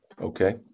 Okay